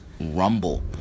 rumble